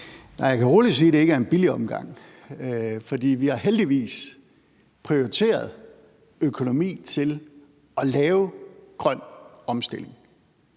Jeg kan roligt sige, at det ikke er en billig omgang, for vi har heldigvis prioriteret økonomi til at lave grøn omstilling.